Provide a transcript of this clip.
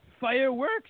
Fireworks